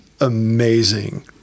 amazing